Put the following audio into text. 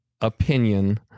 opinion